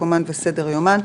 מקומן וסדר יומן,